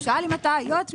הוא שאל אם אתה יועץ משפטי.